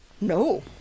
no